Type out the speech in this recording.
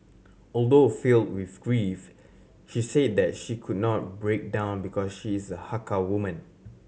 although filled with grief she said that she could not break down because she is a Hakka woman